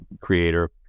creator